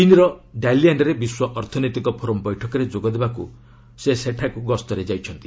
ଚୀନ୍ର ଡାଲିୟାନ୍ରେ ବିଶ୍ୱ ଅର୍ଥନୈତିକ ଫୋରମ୍ ବୈଠକରେ ଯୋଗ ଦେବାକ୍ ସେ ସେଠାକୁ ଗସ୍ତରେ ଯାଇଛନ୍ତି